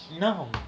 No